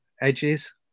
edges